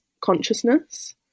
consciousness